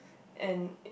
and i~